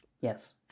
Yes